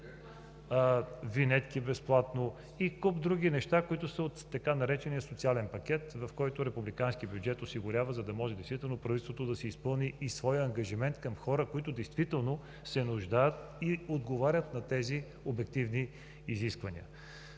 Винетки – безплатно, и куп други неща, които са от така наречения „социален пакет“, който републиканският бюджет осигурява, за да може правителството да изпълни и своя ангажимент към хора, които действително се нуждаят и отговарят на тези обективни изисквания.